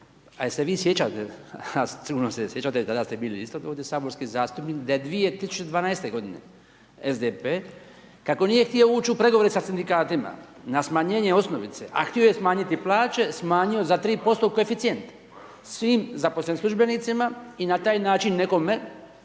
A jel se vi sjećate, a sigurno se sjećate, tada ste bili isto saborski zastupnik da je 2012. g. SDP kako nije htio ući u pregovore sa sindikatima, na smanjenje osnovice, a htio je smanjiti plaće, smanjio za 3% u koeficijent, svi zaposlenim službenicima i na taj način nekome